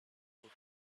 voice